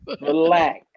Relax